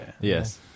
Yes